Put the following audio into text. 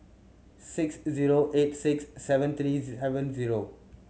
six zero eight six seven three seven zero